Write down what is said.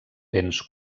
béns